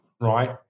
right